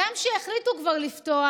גם כשהחליטו כבר לפתוח,